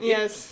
Yes